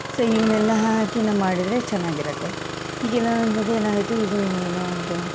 so ಇವನ್ನೆಲ್ಲ ಹಾಕಿನೇ ಮಾಡಿದರೆ ಚೆನ್ನಾಗಿರತ್ತೆ ಹೀಗೆಲ್ಲ ಒಂದು ಸರ್ತಿ ಏನಾಗುತ್ತೆ ಇದು ಏನೋ ಒಂದು